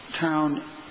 town